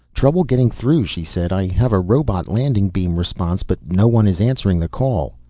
trouble getting through, she said. i have a robot landing beam response, but no one is answering the call.